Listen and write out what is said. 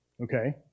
Okay